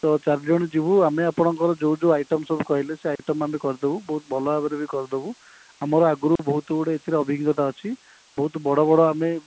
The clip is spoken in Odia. ତ ଚାରି ଜଣ ଯିବୁ ଆମେ ଆପଣଙ୍କର ଯେଉଁ ଯେଉଁ ଆଇଟମ୍ ସବୁ କହିଲେ ସେ ଆଇଟମ୍ ଆମେ କରିଦବୁ ବହୁତ ଭଲ ଭାବରେ ବି କରିଦେବୁ ଆମର ଆଗରୁ ବହୁତ ଗୁଡ଼ିଏ ଏଥିରେ ଅଭିଜ୍ଞତା ଅଛି ବହୁତ ବଡ଼ ବଡ଼ ଆମେ